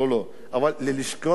אבל בלשכות הגיוס